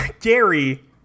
Gary